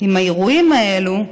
עם האירועים האלה,